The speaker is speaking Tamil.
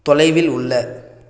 தொலைவில் உள்ள